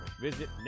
Visit